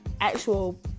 actual